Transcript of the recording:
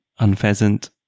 Unpheasant